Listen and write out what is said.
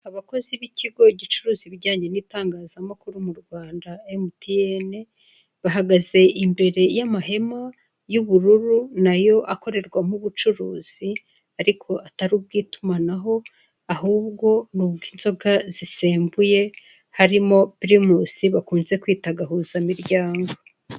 Abakozi b'ikigo gicuruza ibijyanye n'itangazamakuru mu Rwanda emutiyeni bahagaze imbere y'amahema y'ubururu nayo akorerwamo ubucuruzi ariko atari ubw'itumanaho ahubwo ni ubw'inzoga zisembuye harimo pirimusi bakunze kwita gahuzamiryango.